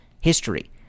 history